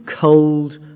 cold